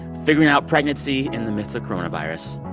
figuring out pregnancy in the mist of coronavirus.